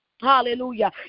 Hallelujah